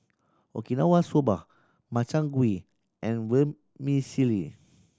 Okinawa Soba Makchang Gui and Vermicelli